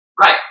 right